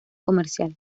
comercial